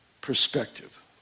perspective